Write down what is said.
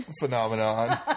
phenomenon